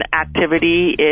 activity